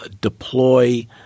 deploy